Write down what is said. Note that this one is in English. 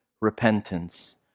repentance